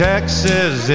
Texas